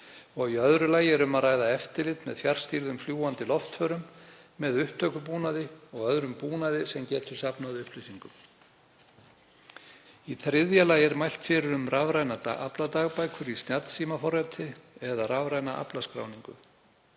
Í öðru lagi er um að ræða eftirlit með fjarstýrðum, fljúgandi loftförum með upptökubúnaði og öðrum búnaði sem getur safnað upplýsingum. Í þriðja lagi er mælt fyrir um rafrænar afladagbækur í snjallsímaforriti eða rafræna aflaskráningu